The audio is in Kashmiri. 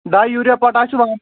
ڈاے یوٗریا پوٹاش چھِ